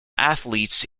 athletes